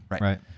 right